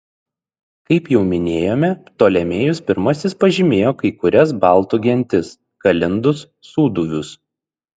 kaip jau minėjome ptolemėjus pirmasis pažymėjo kai kurias baltų gentis galindus sūduvius